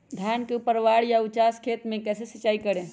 धान के ऊपरवार या उचास खेत मे कैसे सिंचाई करें?